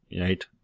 right